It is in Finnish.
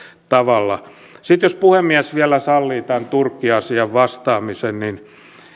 tavalla sitten jos puhemies vielä sallii tähän turkki asiaan vastaamisen niin